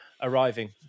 arriving